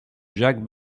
jacques